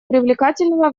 привлекательного